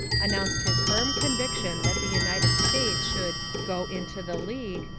announced his firm conviction that the united states should go into the league,